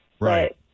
Right